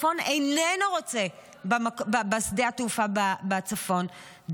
הצפון איננו רוצה בשדה התעופה בצפון,